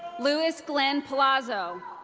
louis glenn palazzo.